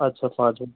আচ্ছা পাঁচ